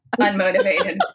unmotivated